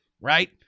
right